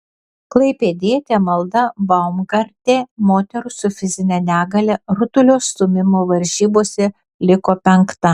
klaipėdietė malda baumgartė moterų su fizine negalia rutulio stūmimo varžybose liko penkta